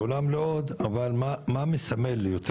מעולם לא עוד, אבל מה מסמל יותר?